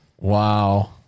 Wow